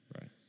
Right